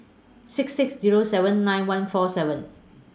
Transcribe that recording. six six Zero seven nine one four seven